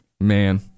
Man